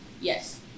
Yes